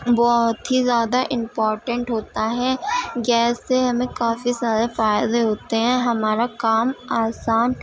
بہت ہی زیادہ امپورٹنٹ ہوتا ہے گیس سے ہمیں کافی زیادہ فائدے ہوتے ہیں ہمارا کام آسان